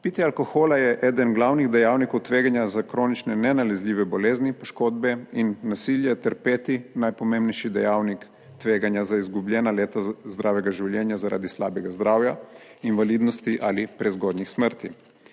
Pitje alkohola je eden glavnih dejavnikov tveganja za kronične nenalezljive bolezni, poškodbe in nasilja ter peti najpomembnejši dejavnik tveganja za izgubljena leta zdravega življenja zaradi slabega zdravja, invalidnosti ali prezgodnjih smrti.